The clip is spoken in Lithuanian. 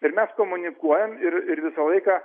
ir mes komunikuojam ir ir visą laiką